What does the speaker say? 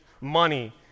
money